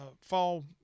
fall